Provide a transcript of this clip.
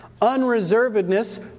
unreservedness